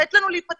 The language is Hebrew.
לתת לנו להיפתח.